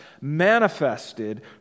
manifested